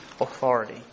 authority